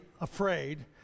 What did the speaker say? afraid